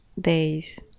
days